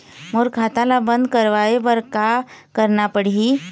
मोर खाता ला बंद करवाए बर का करना पड़ही?